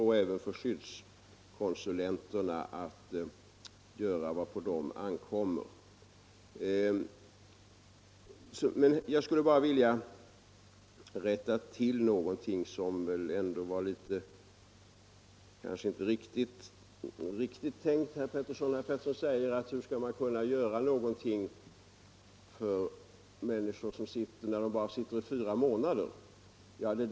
Detsamma gäller skyddskonsulenternas arbete. Jag skulle emellertid vilja rätta till en sak i herr Petterssons anförande 49 som väl inte var alldeles riktig. Herr Pettersson frågar hur man skall kunna göra någonting för dessa människor när de bara sitter fyra månader i fängelset.